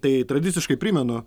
tai tradiciškai primenu